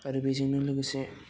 आरो बेजोंनो लोगोसे